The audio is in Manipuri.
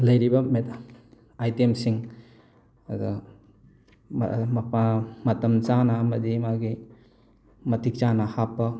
ꯂꯩꯔꯤꯕ ꯑꯥꯏꯇꯦꯝꯁꯤꯡ ꯑꯗꯨ ꯃꯇꯝ ꯆꯥꯅ ꯑꯃꯗꯤ ꯃꯥꯒꯤ ꯃꯇꯤꯛ ꯆꯥꯅ ꯍꯥꯞꯄ